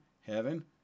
heaven